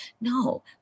No